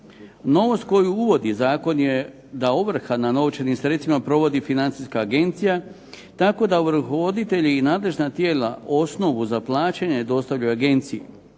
Novost koju utvrdi zakon je da ovrha na novčanim sredstvima provodi Financijska agencija tako da ovrhovoditelji i nadležna tijela osnovu za plaćanje dostavljaju agenciji.